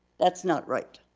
that's not right.